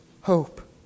hope